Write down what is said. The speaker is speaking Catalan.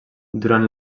durant